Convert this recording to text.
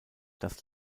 das